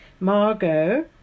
Margot